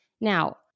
Now